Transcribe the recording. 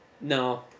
no